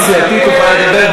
החברות קדישא בונות לגובה,